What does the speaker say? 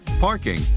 parking